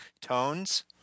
tones